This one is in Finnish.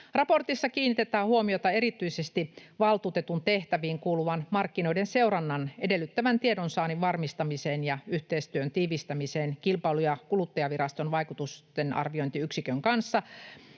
Raportissa kiinnitetään huomiota erityisesti valtuutetun tehtäviin kuuluvan markkinoiden seurannan edellyttämän tiedonsaannin varmistamiseen ja yhteistyön tiivistämiseen Kilpailu- ja kuluttajaviraston vaikutustenarviointiyksikön kanssa